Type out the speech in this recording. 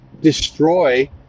destroy